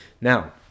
Now